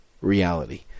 reality